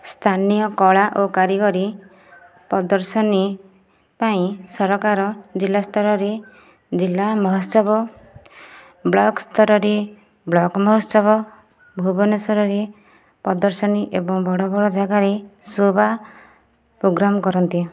ସ୍ଥାନୀୟ କଳା ଓ କାରିଗରୀ ପ୍ରଦର୍ଶନୀ ପାଇଁ ସରକାର ଜିଲ୍ଲା ସ୍ତରରେ ଜିଲ୍ଲା ମହୋତ୍ସବ ବ୍ଲକ ସ୍ତରରେ ବ୍ଲକ ମହୋତ୍ସବ ଭୁବନେଶ୍ୱରରେ ପ୍ରଦର୍ଶନୀ ଏବଂ ବଡ଼ ବଡ଼ ଜାଗାରେ ଶୋ' ବା ପ୍ରୋଗ୍ରାମ କରନ୍ତି